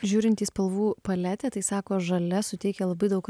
žiūrint į spalvų paletę tai sako žalia suteikia labai daug